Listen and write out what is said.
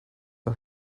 our